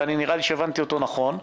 ואני חושב שהבנתי אותו נכון,